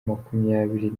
makumyabiri